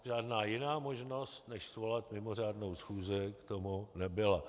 Žádná jiná možnost než svolat mimořádnou schůzi, k tomu nebyla.